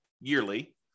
yearly